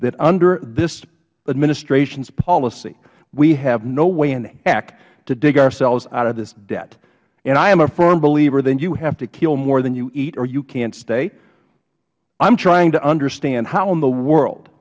that under this administration's policies we have no way in heck to dig ourselves out of this debt i am a firm believer that you have to kill more than you eat or you can't stay i am trying to understand how in the world